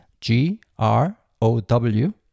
g-r-o-w